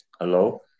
Hello